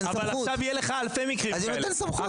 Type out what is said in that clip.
אין סמכות.